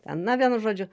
ten na vienu žodžiu